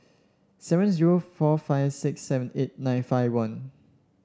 seven zero four five six seven eight nine five one